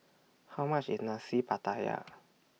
How much IS Nasi Pattaya